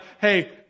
Hey